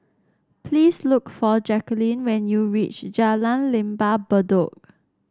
please look for Jacquline when you reach Jalan Lembah Bedok